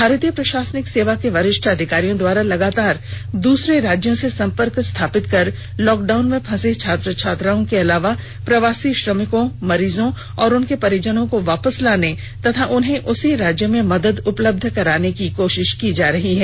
भारतीय प्रशासनिक सेवा के वरिष्ठ अधिकारियों द्वारा लगातार द्रसरे राज्यों से संपर्क स्थापित कर लॉकडाउन में फंसे छात्र छात्राओं के अलावा प्रवासी श्रमिकों मरीजों और उनके परिजनों को वापस लाने तथा उन्हें उसी राज्य में मदद उपलब्ध कराने की कोशिश की जा रही है